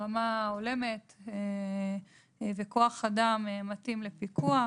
רמה הולמת וכוח אדם מתאים לפיקוח,